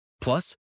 Plus